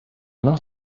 not